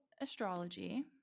astrology